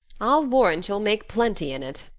i'll warrant you'll make plenty in it,